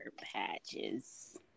patches